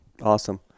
awesome